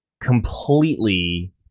completely